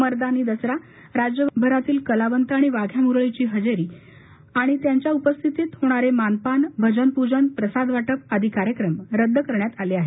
मर्दानी दसरा राज्यभरातील कलावंत आणि वाघ्या मुरळींची हजेरी आणि त्यांच्या उपस्थितीत होणारे मानपान भजन प्जन प्रसाद वा पि आदी कार्यक्रम रद्द करण्यात आले आहेत